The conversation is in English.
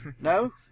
No